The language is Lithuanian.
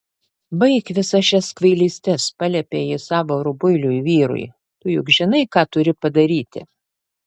baik visas šias kvailystes paliepė ji savo rubuiliui vyrui tu juk žinai ką turi padaryti